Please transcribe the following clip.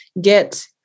get